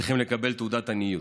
צריכים לקבל תעודת עניות,